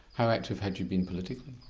how active had you been politically?